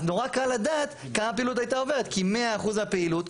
אז נורא קל לדעת כמה פעילות הייתה עוברת כי 100% מהפעילות,